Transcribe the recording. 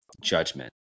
judgment